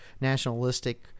nationalistic